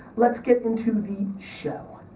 let's get into the show.